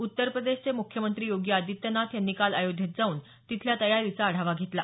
उत्तर प्रदेशचे मुख्यमंत्री योगी आदित्यनाथ यांनी काल अयोध्येत जाऊन तिथल्या तयारीचा आढावा घेतला